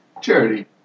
Charity